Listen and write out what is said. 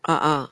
ah ah